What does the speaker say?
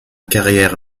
carrière